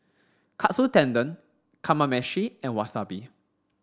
Katsu Tendon Kamameshi and Wasabi